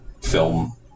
film